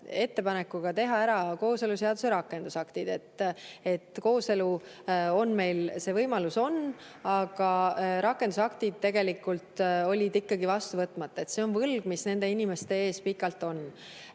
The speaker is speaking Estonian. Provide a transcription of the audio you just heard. ettepanekuga teha ära kooseluseaduse rakendusaktid. Kooselu[seadus] meil on, see võimalus on, aga rakendusaktid tegelikult olid ikkagi vastu võtmata. See on võlg, mis nende inimeste ees pikalt on